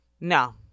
No